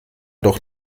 doch